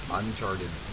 uncharted